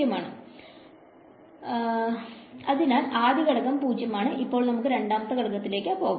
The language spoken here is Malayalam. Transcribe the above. ആണ് അതിനാൽ ആദ്യ ഘടകം 0 ആണ് ഇപ്പോൾ നമുക്ക് രണ്ടാമത്തെ ഘടകത്തിലേക്ക് പോകാം